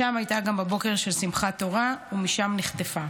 שם הייתה גם בבוקר של שמחת תורה ומשם נחטפה.